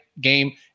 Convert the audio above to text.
game